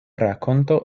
rakonto